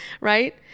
Right